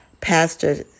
pastor